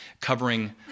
covering